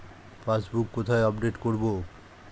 Passbook কোথায় update করব?